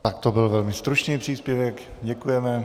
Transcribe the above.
Tak to byl velmi stručný příspěvek, děkujeme.